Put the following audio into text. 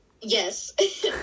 Yes